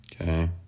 Okay